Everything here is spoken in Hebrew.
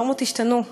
הנורמות השתנו.